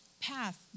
Path